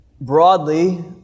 broadly